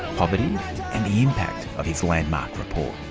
poverty and the impact of his landmark report?